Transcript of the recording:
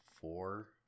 four